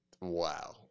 Wow